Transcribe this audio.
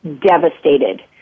devastated